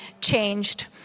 changed